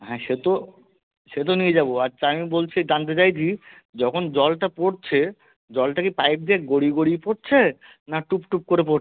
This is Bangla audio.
হ্যাঁ সে তো সে তো নিয়ে যাবো আচ্ছা আমি বলছি জানতে চাইছি যখন জলটা পড়ছে জলটা কি পাইপ বেয়ে গড়িয়ে গড়িয়ে পড়ছে না টুপ টুপ করে পড়ছে